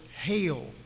hail